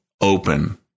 open